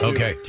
Okay